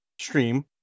stream